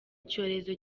icyorezo